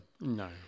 No